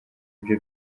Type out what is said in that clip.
byo